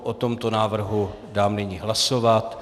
O tomto návrhu dám nyní hlasovat.